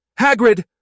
Hagrid